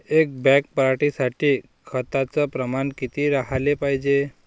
एक बॅग पराटी साठी खताचं प्रमान किती राहाले पायजे?